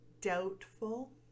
doubtful